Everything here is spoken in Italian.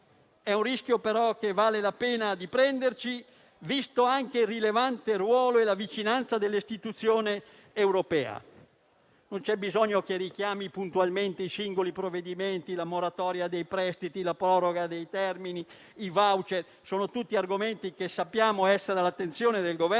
è un rischio che vale la pena assumerci, visti anche il rilevante ruolo e la vicinanza dell'istituzione europea. Non occorre che richiami puntualmente i singoli provvedimenti, come la moratoria dei prestiti, la proroga dei termini e i *voucher*, in quanto sono tutti argomenti che sappiamo essere all'attenzione dell'Esecutivo